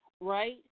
right